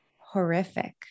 horrific